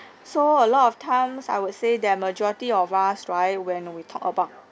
so a lot of times I would say the majority of us right when we talk about